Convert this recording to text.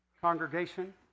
Congregation